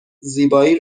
زیبایی